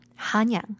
Hanyang